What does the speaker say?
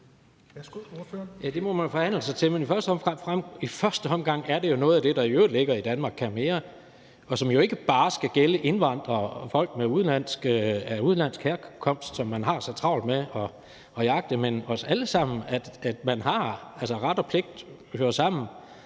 det må man jo forhandle sig til. Men i første omgang er det jo noget af det, der i øvrigt ligger i »Danmark kan mere I«, og som jo ikke bare skal gælde indvandrere og folk af udenlandsk herkomst, som man har så travlt med at jagte, men som også skal gælde os alle sammen. Altså, at ret og pligt hører sammen,